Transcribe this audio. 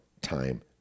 time